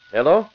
Hello